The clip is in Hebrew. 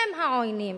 שהם העוינים.